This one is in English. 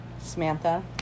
Samantha